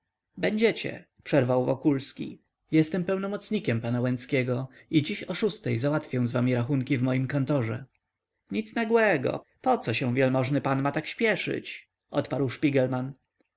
będziecie przerwał wokulski jestem pełnomocnikiem pana łęckiego i dziś o szóstej załatwię z wami rachunki w moim kantorze nic nagłego poco się wielmożny pan ma tak śpieszyć odparł